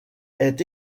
est